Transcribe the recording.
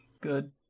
Good